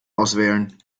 auswählen